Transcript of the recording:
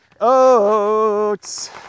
Oats